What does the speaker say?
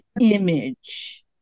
image